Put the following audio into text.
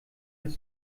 des